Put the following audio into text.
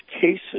cases